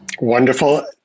Wonderful